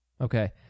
Okay